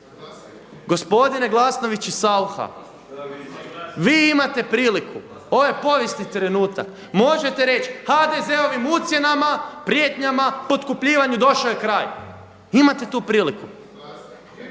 Gospodine Glasnović i Saucha, vi imate priliku, ovo je povijesni trenutak možete reći HDZ-ovim ucjenama, prijetnjama, potkupljivanju došao je kraj. Imate tu priliku.